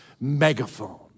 megaphone